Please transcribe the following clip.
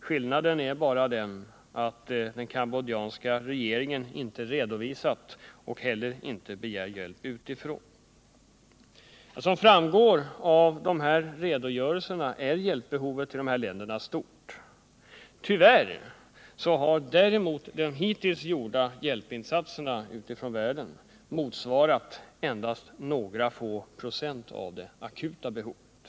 Skillnaden är bara den att den kambodjanska regeringen inte redovisar och inte heller begär hjälp utifrån. Som framgår av dessa redogörelser är behovet av hjälp till dessa länder stort. Tyvärr har de hittills gjorda hjälpinsatserna från omvärlden motsvarat endast några procent av det akuta behovet.